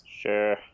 Sure